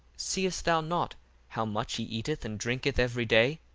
seest thou not how much he eateth and drinketh every day?